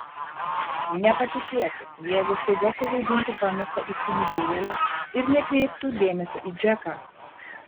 nepatikėtų jeigu staiga suvaidintų pamestą įsimylėjėlę ir nekreiptų dėmesio į džeką